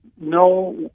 No